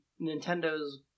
Nintendo's